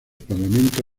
parlamento